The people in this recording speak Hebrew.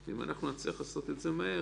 אם נצליח לעשות מהר